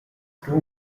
too